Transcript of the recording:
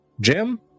Jim